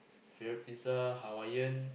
favourite pizza Hawaiian